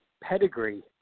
pedigree